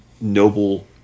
noble